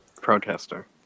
Protester